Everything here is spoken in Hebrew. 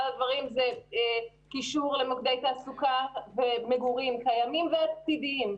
אחד הדברים הוא קישור למוקדי תעסוקה ומגורים קיימים ועתידיים,